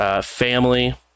family